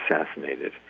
assassinated